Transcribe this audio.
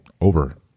over